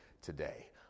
today